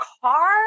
car